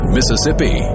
Mississippi